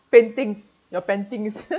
paintings your paintings